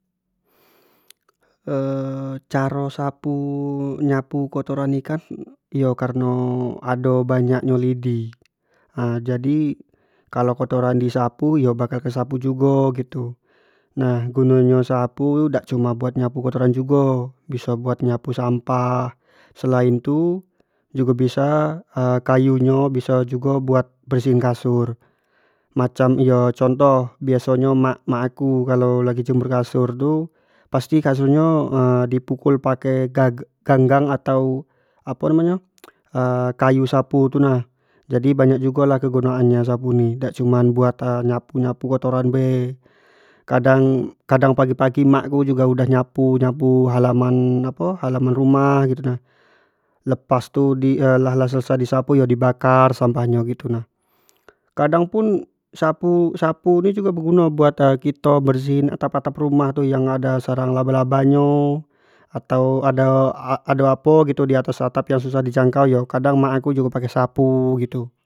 caro sapu- nyapu kotoran ikan yo kareno ado banyak nyo lidi jadimkalau kotoran di sapu yo bakal tersapu jugo gitu, nah guno nyo sapu dak cuman buat nyapu kotoran jugo biso jugo buat nyapu sampah, selain tu jugo biso kayu nyo biso jugo buat bersihin kasur, macam iyo contoh, biaso nyo emak-emak aku kalau lagi jemur kasur tu pasti kasur nyo di pukul pake ganggang atau apo namo nyo kayu sapu tu na jadi banyak jugo lah kegunaan sapu ni, dak cuman buat nyapu- nyapu kotoran bae, kadang- kadang pagi- pagi emak ku juga udah nyapu- nyapu halaman apo halaman rumah itu nah, lepas tu lah- lah selesai di sapu yo di bakar sampah nyo tu nah, kadang pun sapu-sapu ni jugo beguno buat kito bersihin atap- atap rumah tu yang ado sarang laba- laba nyo, atau ado-ado apo gitu diats atap yang susah di jangkau kadang emak aku jugo pakai sapu gitu.